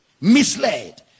misled